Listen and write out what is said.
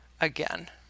again